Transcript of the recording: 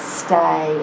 stay